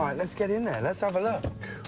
um let's get in there. let's have a look.